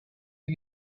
die